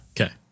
Okay